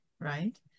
right